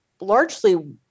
largely